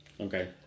Okay